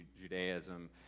Judaism